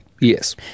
Yes